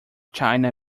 china